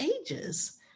ages